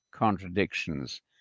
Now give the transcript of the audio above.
contradictions